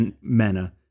manner